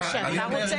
מה שאתה רוצה כאילו?